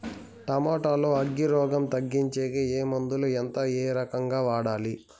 Tomato లో అగ్గి రోగం తగ్గించేకి ఏ మందులు? ఎంత? ఏ రకంగా వాడాలి?